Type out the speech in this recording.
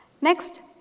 Next